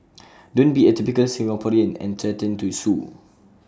don't be A typical Singaporean and threaten to sue